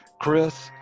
Chris